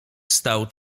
stał